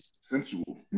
sensual